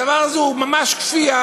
הדבר הזה הוא ממש כפייה,